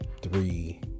three